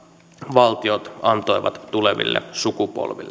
maailman valtiot antoivat tuleville sukupolville